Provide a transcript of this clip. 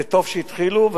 וטוב שהתחילו,